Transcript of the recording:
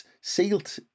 sealed